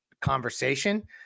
conversation